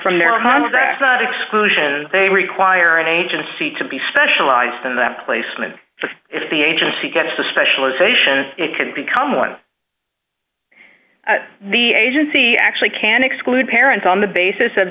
not exclusion they require an agency to be specialized in that placement if the agency gets the specialization it can become one the agency actually can exclude parents on the basis of